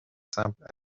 simples